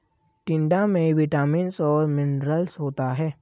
टिंडा में विटामिन्स और मिनरल्स होता है